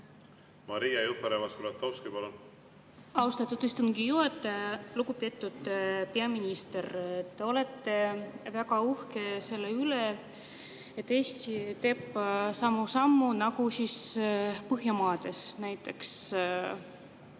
Maria Jufereva-Skuratovski, palun! Austatud istungi juhataja! Lugupeetud peaminister! Te olete väga uhke selle üle, et Eesti teeb samu samme nagu Põhjamaades, näiteks